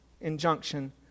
injunction